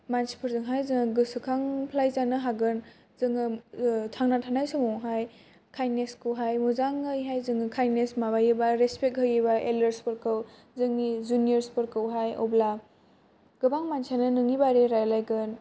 मानसिफोरजोंहाय जोङो गोसोखां लाय जानो हागोन जोयो थांना थानाय समावहाय काइन्दनेसखौ हाय मोजाङैहाय जोङो काइन्दनेस माबायोबा रेसफेक्ट होयोबा एलदार्स फोरखौ जोंनि जुनियरस फोरखौ हाय अब्ला गोबां मानसियानो नोंनि बारे रायलायगोन